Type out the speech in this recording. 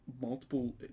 multiple